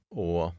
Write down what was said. och